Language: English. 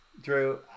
Drew